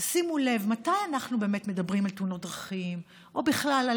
תשימו לב מתי באמת אנחנו מדברים על תאונות דרכים או בכלל על